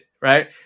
right